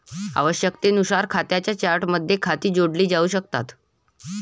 आवश्यकतेनुसार खात्यांच्या चार्टमध्ये खाती जोडली जाऊ शकतात